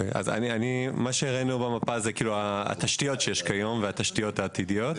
מה שהראנו במפה הן התשתיות שיש כיום והתשתיות העתידיות.